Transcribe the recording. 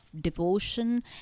devotion